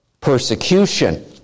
persecution